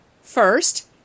First